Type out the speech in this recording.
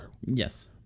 yes